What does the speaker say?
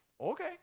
Okay